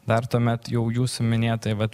dar tuomet jau jūsų minėtoj vat